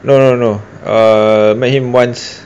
no no no no uh make him once